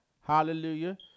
Hallelujah